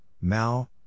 Mao